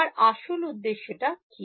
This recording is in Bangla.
আমার আসল উদ্দেশ্যটা কি